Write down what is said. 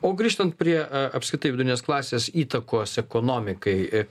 o grįžtant prie apskritai vidutinės klasės įtakos ekonomikai